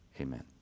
Amen